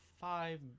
five